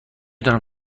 دانم